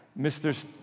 Mr